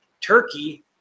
Turkey